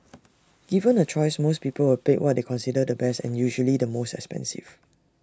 given A choice most people would pick what they consider the best and usually the most expensive